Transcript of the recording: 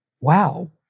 wow